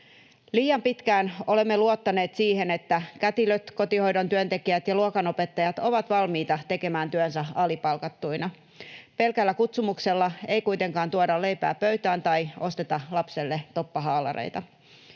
Liian pitkään olemme luottaneet siihen, että kätilöt, kotihoidon työntekijät ja luokanopettajat ovat valmiita tekemään työnsä alipalkattuina. Pelkällä kutsumuksella ei kuitenkaan tuoda leipää pöytään tai osteta lapselle toppahaalareita.